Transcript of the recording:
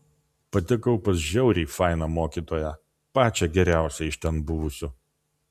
patekau pas žiauriai fainą mokytoją pačią geriausią iš ten buvusių